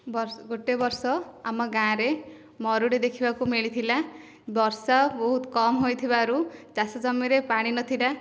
ବର୍ ଗୋଟିଏ ବର୍ଷ ଆମ ଗାଁରେ ମରୁଡ଼ି ଦେଖିବାକୁ ମିଳିଥିଲା ବର୍ଷା ବହୁତ କମ୍ ହୋଇଥିବାରୁ ଚାଷ ଜମିରେ ପାଣି ନଥିଲା